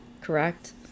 correct